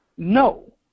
No